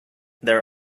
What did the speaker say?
their